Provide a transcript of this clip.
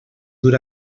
dur